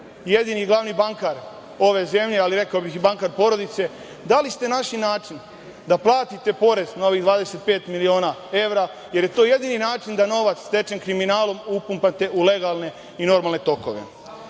jedini i glavni bankar ove zemlje, ali rekao bih i bankar porodice, da li ste našli način da platite porez na ovih 25 miliona evra, jer je to jedini način da novac stečen kriminalom upumpate u legalne i normalne tokove? Na